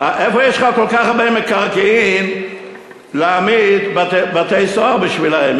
איפה יש לך כל כך הרבה מקרקעין להעמיד בתי-סוהר בשבילם,